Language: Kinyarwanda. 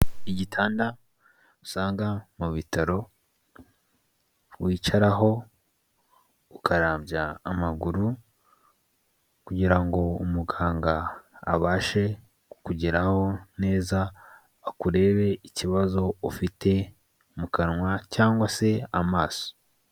Igitanda usanga mu bitaro wicaraho ukarambya amaguru, kugira ngo umuganga abashe kukugeraho neza akurebe ikibazo ufite mu kanwa cyangwa se amaso.